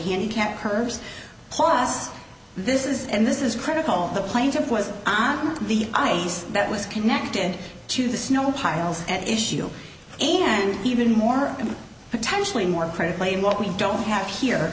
handicapped curbs plus this is and this is critical of the plaintiff was on the ice that was connected to the snow piles at issue and even more potentially more credit claim what we don't have here